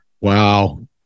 Wow